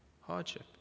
hardship